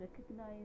recognize